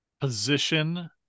position